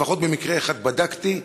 לפחות במקרה אחד בדקתי,